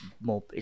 more